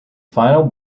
final